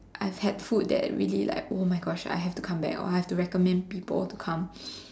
I've had food that really like oh my Gosh I have to come back or I have to recommend people to come